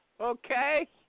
Okay